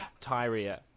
Tyria